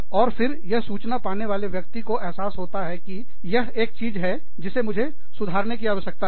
और फिर यह सूचना पाने वाले व्यक्ति को एहसास होता है कि यह एक चीज है जिसे मुझे सुधारने की आवश्यकता है